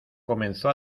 comenzó